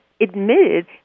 admitted